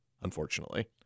unfortunately